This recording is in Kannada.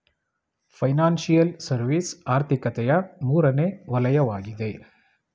ಫೈನಾನ್ಸಿಯಲ್ ಸರ್ವಿಸ್ ಆರ್ಥಿಕತೆಯ ಮೂರನೇ ವಲಯವಗಿದೆ